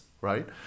right